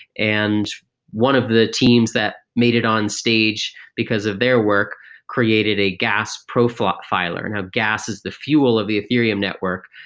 and one of the teams that made it on stage because of their work created a gas profiler. now, and ah gas is the fuel of the ethereum network.